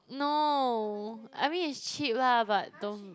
no I mean is cheap lah but don't